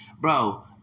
Bro